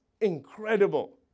incredible